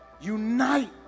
Unite